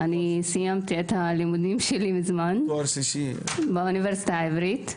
סיימתי את הלימודים שלי מזמן, באוניברסיטה העברית.